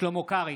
שלמה קרעי,